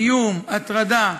איום, הטרדה,